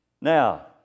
Now